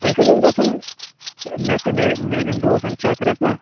اَسہِ اوس گژھُن مےٚ تہِ میٛانٮ۪ن دوستَن چکرَس نا